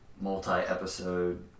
multi-episode